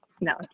No